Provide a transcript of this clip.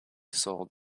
sold